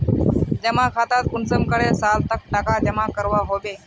जमा खातात कुंसम करे साल तक टका जमा करवा होबे?